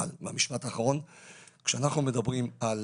אבל כשאנחנו מדברים על